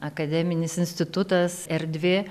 akademinis institutas erdvė